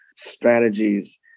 strategies